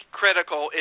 critical